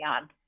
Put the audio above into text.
on